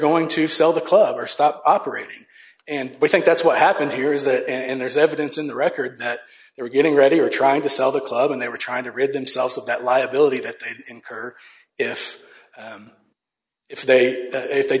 going to sell the club or stop operating and we think that's what happened here is that and there's evidence in the record that they were getting ready or trying to sell the club and they were trying to rid themselves of that liability that they incur if if they if they